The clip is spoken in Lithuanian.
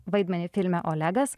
vaidmenį filme olegas